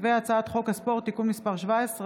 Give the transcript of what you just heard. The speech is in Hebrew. הצעת חוק הספורט (תיקון מס' 17)